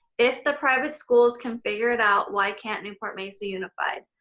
if the private schools can figure it out, why can't newport-mesa unified?